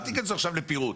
אל תיכנסי עכשיו לפירוט.